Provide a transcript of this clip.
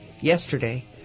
yesterday